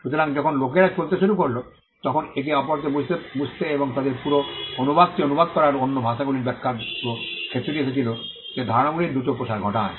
সুতরাং যখন লোকেরা চলতে শুরু করল তখন একে অপরকে বুঝতে এবং তাদের পুরো অনুবাদটি অনুবাদ করার বা অন্য ভাষাগুলির ব্যাখ্যার পুরো ক্ষেত্রটি এসেছিল যা ধারণাগুলির দ্রুত প্রসার ঘটায়